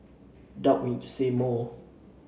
doubt we need to say more